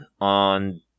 on